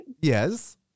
Yes